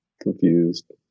confused